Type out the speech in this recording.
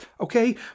okay